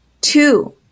Two